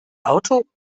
auto